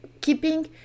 keeping